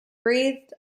breathed